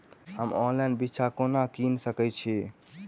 हम ऑनलाइन बिच्चा कोना किनि सके छी?